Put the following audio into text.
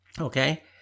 Okay